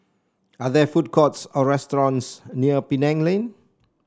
are there food courts or restaurants near Penang Lane